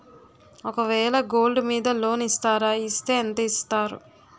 ఒక వేల గోల్డ్ మీద లోన్ ఇస్తారా? ఇస్తే ఎంత ఇస్తారు?